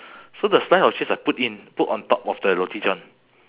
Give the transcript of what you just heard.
so the slice of cheese I put in put on top of the roti john